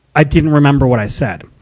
i didn't remember what i said.